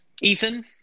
Ethan